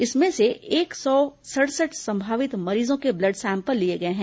इसमें एक सौ सड़सठ संभावित मरीजों के ब्लड सैंपल लिए गए हैं